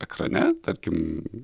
ekrane tarkim